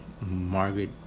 Margaret